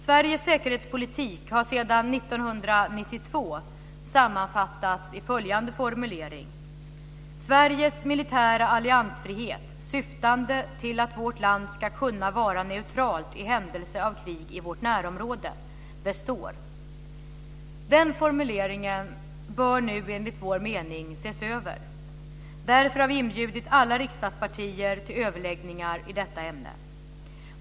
Sveriges säkerhetspolitik har sedan 1992 sammanfattats i följande formulering: "Sveriges militära alliansfrihet, syftande till att vårt land skall kunna vara neutralt i händelse av krig i vårt närområde, består." Den formuleringen bör nu, enligt vår mening, ses över. Därför har vi inbjudit alla riksdagspartier till överläggningar i detta ämne.